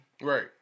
Right